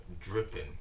dripping